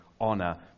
honor